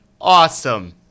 awesome